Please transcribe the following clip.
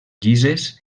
llises